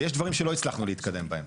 ויש דברים שלא הצלחנו להתקדם בהם.